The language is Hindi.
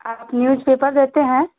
आप न्यूजपेपर देते हैं